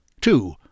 Two